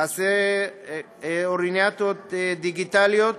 חסרי אוריינות דיגיטלית.